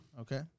Okay